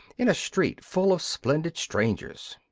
in a street full of splendid strangers.